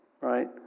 right